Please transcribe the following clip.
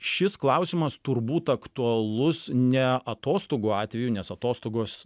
šis klausimas turbūt aktualus ne atostogų atveju nes atostogos